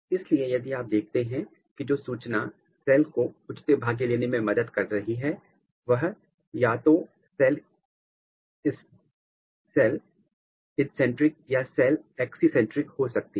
इसलिए यदि आप देखते हैं कि जो सूचना सेल को उचित भाग्य लेने में मदद कर रही है वह या तो सेल इंस्ट्रेंसिक या सेल एक्सट्रिंसिक हो सकती है